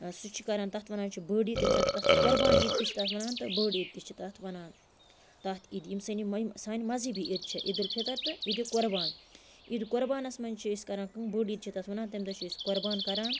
سُہ چھِ کران تَتھ وَنان چھِ بٔڑ عیٖد ییٚمہِ ساتہٕ تَتھ قربان عیٖد تہِ چھِ تَتھ وَنان تہٕ بٔڑ عیٖد تہِ چھِ تَتھ وَنان تَتھ عیٖدِ یِمہٕ سانہِ مزہبی عیٖد چھےٚ عیٖدُالفطر تہٕ عیٖدِقربان عیٖدِ قربانَس منٛز چھِ أسۍ کران کٲم بٔڑ عیٖد چھِ تَتھ وَنان تٔمۍ دۄہ چھِ أسۍ قربان کران